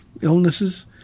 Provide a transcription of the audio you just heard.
illnesses